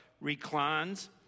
reclines